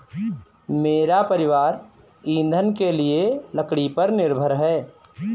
मेरा परिवार ईंधन के लिए लकड़ी पर निर्भर है